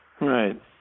Right